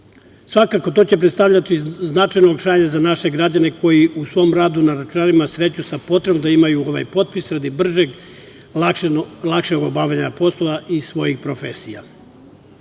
potpise. Svakako, to će predstavljati značajno olakšanje za naše građane koji se u svom radu na računarima sreću sa potrebom da imaju ovaj potpis radi bržeg, lakšeg obavljanja poslova iz svojih profesija.